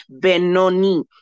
benoni